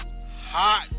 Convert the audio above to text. hot